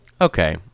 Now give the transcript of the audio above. okay